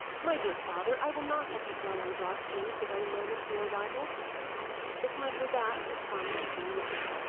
my dear father, i will not have you dwell on dark things the very moment of your arrival the time for that will come soon enough.